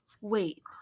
wait